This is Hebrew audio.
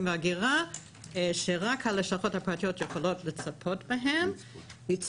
וההגירה כך שרק הלשכות הפרטיות יכולות לצפות בהם.